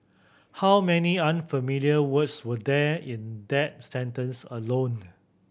how many unfamiliar words were there in that sentence alone